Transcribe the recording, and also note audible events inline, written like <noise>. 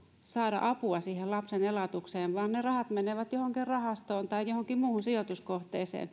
saada apua siihen lapsen elatukseen vaan ne rahat menevät johonkin rahastoon tai johonkin muuhun sijoituskohteeseen <unintelligible>